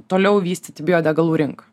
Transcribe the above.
toliau vystyti biodegalų rinką